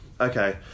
Okay